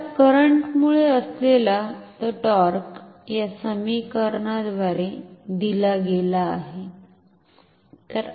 त्या करंट मुळे असलेला तो टॉर्क या समीकरणाव्दारे दिला गेला आहे